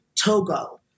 Togo